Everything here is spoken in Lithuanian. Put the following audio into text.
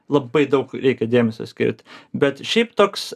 labai daug reikia dėmesio skirt bet šiaip toks